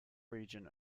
region